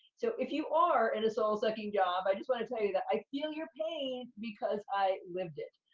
so, if you are in a soul-sucking job, i just wanna tell you that i feel your pain, because i lived it.